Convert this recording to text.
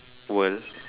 world